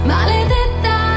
Maledetta